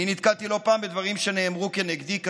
אני נתקלתי לא פעם בדברים קשים שנאמרו נגדי,